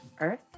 Earth